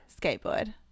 skateboard